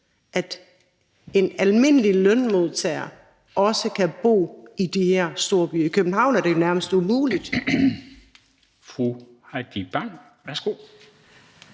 at en almindelig lønmodtager også kan bo i de store byer. I København er det jo nærmest umuligt.